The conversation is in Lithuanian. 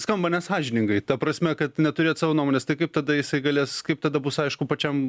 skamba nesąžiningai ta prasme kad neturėt savo nuomonės tai kaip tada jisai galės kaip tada bus aišku pačiam